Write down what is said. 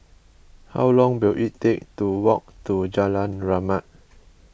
how long will it take to walk to Jalan Rahmat